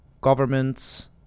governments